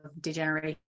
degeneration